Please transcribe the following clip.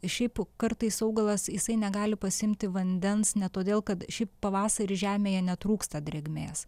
šiaip kartais augalas jisai negali pasiimti vandens ne todėl kad šiaip pavasarį žemėje netrūksta drėgmės